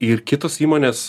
ir kitos įmonės